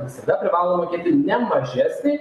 visada privalo mokėti ne mažesnį